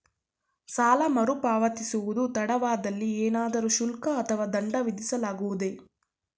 ಸಾಲ ಮರುಪಾವತಿಸುವುದು ತಡವಾದಲ್ಲಿ ಏನಾದರೂ ಶುಲ್ಕ ಅಥವಾ ದಂಡ ವಿಧಿಸಲಾಗುವುದೇ?